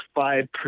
five